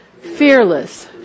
fearless